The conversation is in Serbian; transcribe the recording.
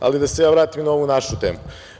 Da se ja vratim na ovu našu temu.